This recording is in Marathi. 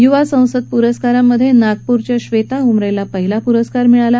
युवा संसद पुरस्कारांमध्ये नागपूरच्या ब्वेता उमरेला प्रथम पुरस्कार मिळाला